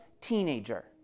teenager